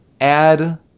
add